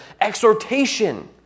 exhortation